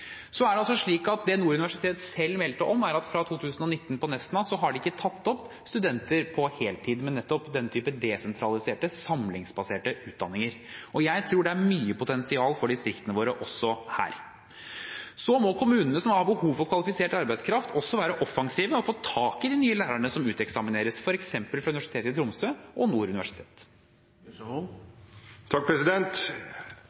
slik at det Nord universitet selv har meldt om, er at fra 2019 har de ikke tatt opp studenter på heltid på Nesna, men har nettopp den typen desentraliserte, samlingsbaserte utdanninger. Jeg tror det er mye potensial for distriktene våre også her. Så må kommunene som har behov for kvalifisert arbeidskraft, også være offensive og få tak i de nye lærerne som uteksamineres f.eks. fra Universitet i Tromsø og Nord